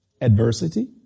adversity